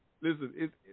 listen